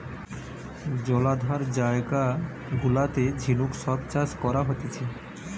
জলাধার জায়গা গুলাতে ঝিনুক সব চাষ করা হতিছে